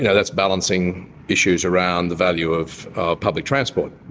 yeah that's balancing issues around the value of public transport.